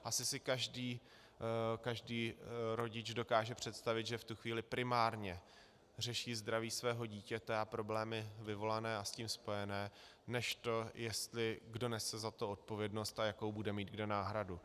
Asi si každý rodič dokáže představit, že v tu chvíli primárně řeší zdraví svého dítěte a problémy vyvolané a s tím spojené než to, kdo nese za to odpovědnost a jakou bude mít kde náhradu.